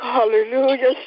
Hallelujah